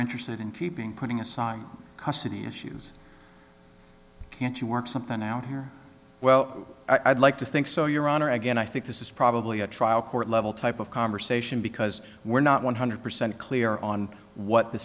interested in keeping putting a sign custody issues can't you work something out here well i'd like to think so your honor again i think this is probably a trial court level type of conversation because we're not one hundred percent clear on what the